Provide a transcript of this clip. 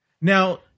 Now